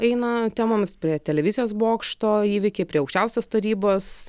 eina temomis prie televizijos bokšto įvykiai prie aukščiausios tarybos